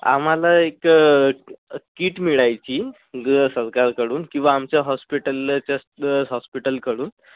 आम्हाला एक किट मिळायची गं सरकारकडून किंवा आमच्या हॉस्पिटलचं हॉस्पिटलकडून